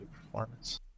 performance